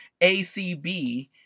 ACB